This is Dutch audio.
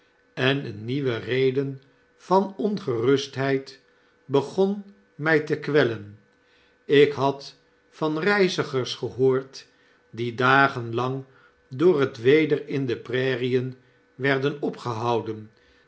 en eene nieuwe reden van ongerustheid begon mij te kwellen ik had van reizigers gehoord die dagen lang door het weder in de prairien werden opgehouden